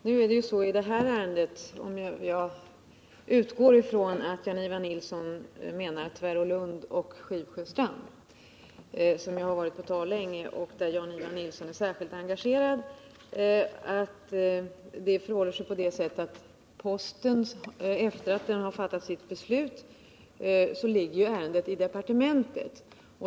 Herr talman! Jag utgår ifrån att Jan-Ivan Nilsson tänker på Tvärålund och Skivsjöstrand, som varit på tal länge och där Jan-Ivan Nilsson är särskilt engagerad. Det förhåller sig så att sedan posten fattat sitt beslut ligger ärendet i departementet.